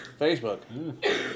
Facebook